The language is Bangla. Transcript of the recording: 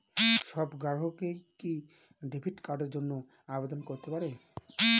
সব গ্রাহকই কি ডেবিট কার্ডের জন্য আবেদন করতে পারে?